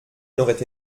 n’aurait